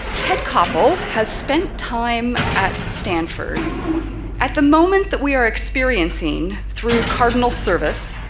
ted koppel has spent time at stanford at the moment that we are experiencing, through cardinal service,